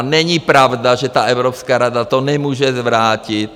Není pravda, že ta Evropská rada to nemůže zvrátit.